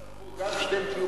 תמיד תצטרכו, גם כשאתם תהיו